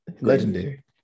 legendary